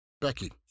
Becky